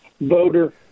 voter